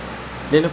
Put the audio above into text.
true